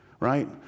Right